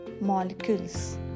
molecules